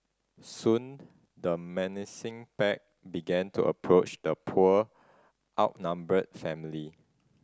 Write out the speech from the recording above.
soon the menacing pack began to approach the poor outnumbered family